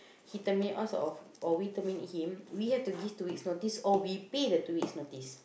he terminate or sort of or we terminate him we have to give two weeks notice or we pay the two weeks notice